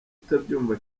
utabyumva